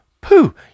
Pooh